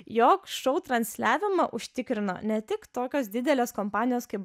jog šou transliavimą užtikrino ne tik tokios didelės kompanijos kaip